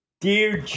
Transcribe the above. Dear